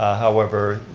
ah however,